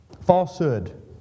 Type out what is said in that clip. falsehood